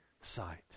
sight